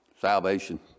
salvation